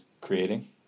creating